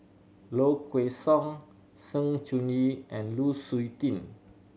Low Kway Song Sng Choon Yee and Lu Suitin